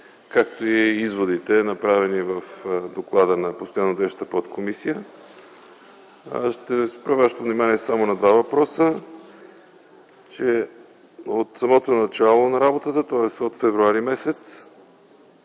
както и изводите, направени в доклада на постоянно действащата подкомисия. Ще спра вашето внимание само на два въпроса. От самото начало на работата, тоест от м. февруари т. г.,